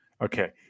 Okay